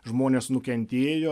žmonės nukentėjo